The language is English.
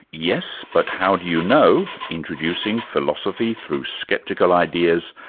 yes, but how do you know? introducing philosophy through sceptical ideas,